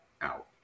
out